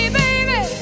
baby